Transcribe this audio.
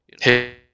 Hey